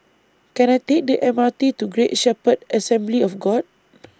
Can I Take The M R T to Great Shepherd Assembly of God